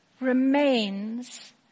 remains